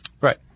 Right